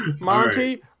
Monty